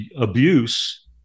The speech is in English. abuse